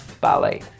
ballet